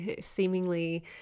seemingly